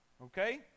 Okay